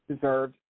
deserved